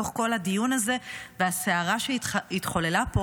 בתוך כל הדיון הזה והסערה שהתחוללה פה,